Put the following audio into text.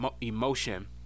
emotion